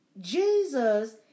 Jesus